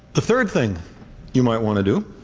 the third thing you might want to do